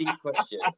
question